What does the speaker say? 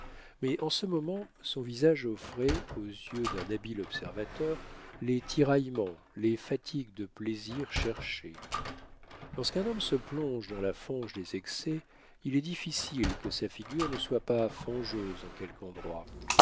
mais en ce moment son visage offrait aux yeux d'un habile observateur les tiraillements les fatigues de plaisirs cherchés lorsqu'un homme se plonge dans la fange des excès il est difficile que sa figure ne soit pas fangeuse en quelque endroit